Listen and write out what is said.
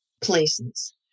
places